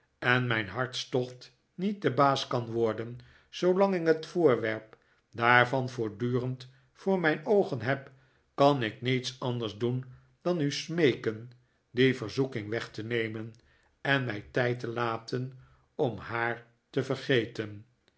en mijn hartstocht niet de baas kan worden zoolang ik het voorwerp daarvan voortdurend voor mijn oogen heb kan ik niets anders doen dan u smeeken die verzoeking weg te nemen en mij tijd te laten om haar te vergeten